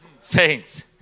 Saints